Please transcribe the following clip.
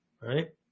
right